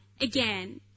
again